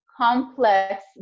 complex